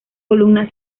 columna